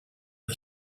for